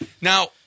Now